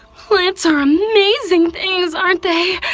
plants are amazing things, aren't they!